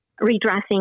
redressing